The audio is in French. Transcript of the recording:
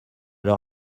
leur